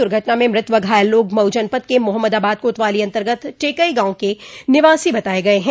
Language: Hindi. दुर्घटना में मृत व घायल लोग मऊ जनपद के मोहम्मदाबाद कोतवाली अंतर्गत टेकई गांव के निवासी बताए गए हैं